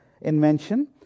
invention